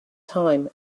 time